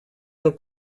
del